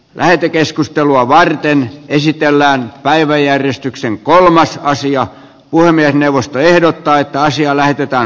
lähetekeskustelua varten esitellään päiväjärjestyksen kolmas sija puhemiesneuvosto mielestäni ihan liikaa keskusteltu